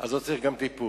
אז לא צריך טיפול.